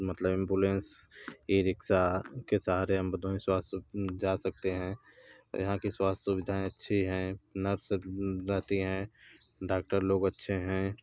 मतलब एम्बुलेंस ये रिक्शा के सहारे हम भदोही स्वास्थ्य जा सकते हैं यहाँ की स्वास्थ्य सुविधाऍं अच्छी हैं नर्स रहती हैं डॉक्टर लोग अच्छे हैं